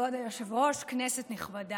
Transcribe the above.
כבוד היושב-ראש, כנסת נכבדה,